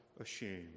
ashamed